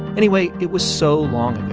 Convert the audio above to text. anyway, it was so long